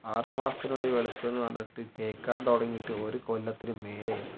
ആറ് മാസത്തിനുള്ളിൽ വെളുക്കും എന്ന് പറഞ്ഞിട്ട് തേയ്ക്കാൻ തുടങ്ങിയിട്ട് ഒരു കൊല്ലത്തിന് മേലെയായി